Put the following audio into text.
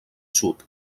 sud